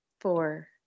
Four